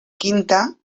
quinta